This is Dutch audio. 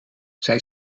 zij